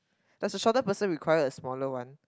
does a shorter person require a smaller one